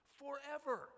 forever